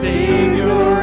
Savior